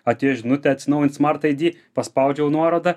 atėjo žinutė atsinaujint smart id paspaudžiau nuorodą